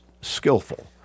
skillful